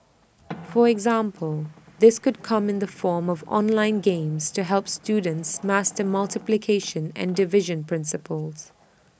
for example this could come in the form of online games to help students master multiplication and division principles